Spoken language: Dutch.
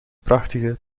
prachtige